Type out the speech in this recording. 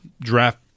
draft